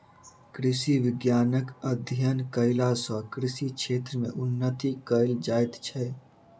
कृषि विज्ञानक अध्ययन कयला सॅ कृषि क्षेत्र मे उन्नति कयल जाइत छै